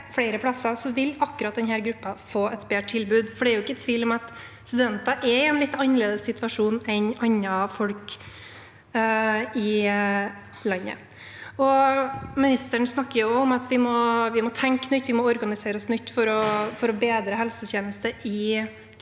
vil akkurat denne gruppen få et bedre tilbud. Det er jo ikke tvil om at studenter er i en litt annerledes situasjon enn andre folk i landet. Statsråden snakker om at vi må tenke nytt, vi må organisere oss på nytt for å bedre helsetjenestetilbudet